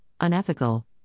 unethical